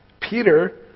Peter